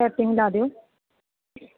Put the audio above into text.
ਲਾ ਦਿਓ